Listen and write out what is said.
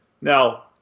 Now